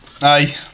Aye